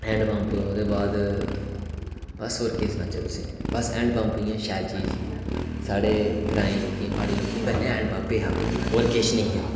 hand pump ओह्दे बाद बस होर केह् सुनाचै तुसें गी हैंड पम्प शैल चीज ही साढ़े ग्राईं लोकें गी पैह्लै हैंड पम्प गै हा पैह्लै होर किश निहा